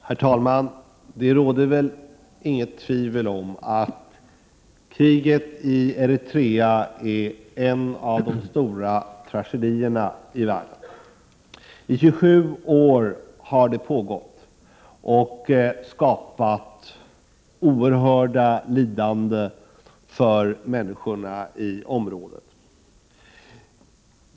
Herr talman! Det råder väl inget tvivel om att kriget i Eritrea är en av de stora tragedierna i landet. I 27 år har detta krig pågått. Det har förorsakat människorna i området oerhörda lidanden.